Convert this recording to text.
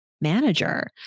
manager